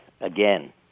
again